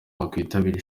bakwitabira